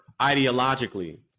ideologically